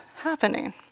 happening